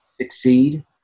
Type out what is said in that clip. succeed